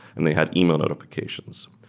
and they had email notifications.